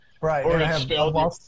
Right